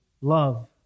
love